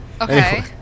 Okay